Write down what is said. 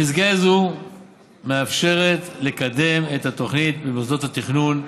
מסגרת זו מאפשרת לקדם את התוכניות במוסדות התכנון,